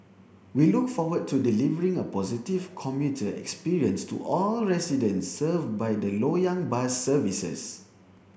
we look forward to delivering a positive commuter experience to all residents served by the Loyang bus services